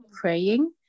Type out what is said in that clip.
praying